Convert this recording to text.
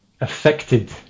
affected